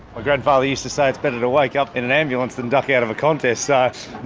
grandfather used to say it's better to wake up in an ambulance than duck out of a contest, so